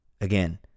Again